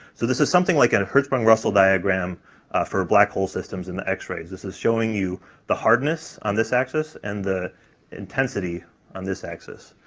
so this is something like and a hertzsprung-russell diagram for black hole systems in the x-rays this is showing you the hardness on this axis and the intensity on this axis.